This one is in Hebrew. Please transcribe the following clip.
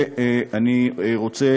ואני רוצה